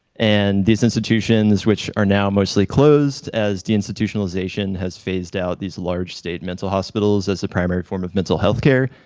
and these institutions which are now mostly closed as the institutionalization has phased out these large state mental hospitals as the primary form of mental health care,